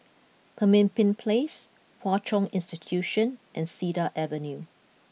Pemimpin Place Hwa Chong Institution and Cedar Avenue